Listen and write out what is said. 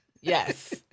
yes